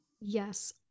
yes